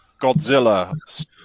Godzilla